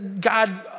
God